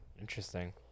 Interesting